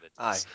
Aye